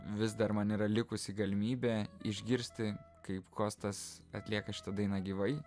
vis dar man yra likusi galimybė išgirsti kaip kostas atlieka šitą dainą gyvai